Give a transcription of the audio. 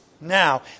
Now